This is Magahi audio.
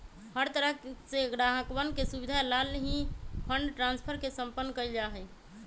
हर तरह से ग्राहकवन के सुविधा लाल ही फंड ट्रांस्फर के सम्पन्न कइल जा हई